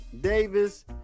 Davis